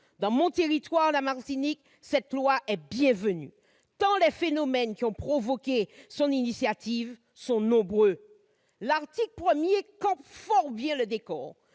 Dans mon territoire, la Martinique, cette proposition de loi est bienvenue, tant les phénomènes qui ont provoqué son initiative sont nombreux. L'article 1 campe fort bien le décor,